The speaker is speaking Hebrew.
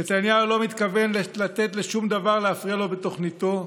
נתניהו לא מתכוון לתת לשום דבר להפריע לו בתוכניתו,